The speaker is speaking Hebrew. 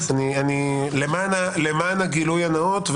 למען הגילוי הנאות,